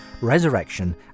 resurrection